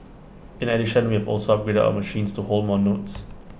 in addition we have also upgraded our machines to hold more notes